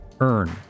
earn